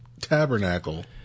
Tabernacle